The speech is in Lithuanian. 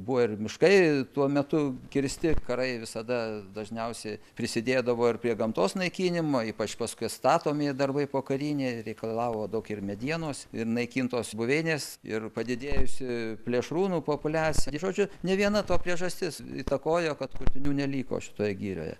buvo ir miškai tuo metu kirsti karai visada dažniausiai prisidėdavo ir prie gamtos naikinimo ypač paskui atstatomieji darbai pokariniai reikalavo daug ir medienos ir naikintos buveinės ir padidėjusi plėšrūnų populiacija žodžiu ne viena to priežastis įtakojo kad kurtinių neliko šitoje girioje